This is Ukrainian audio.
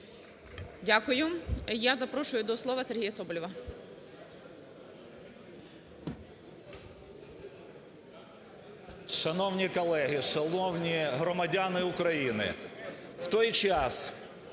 Дякую. Я запрошую до слова Сергія Соболєва.